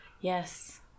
Yes